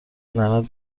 لعنت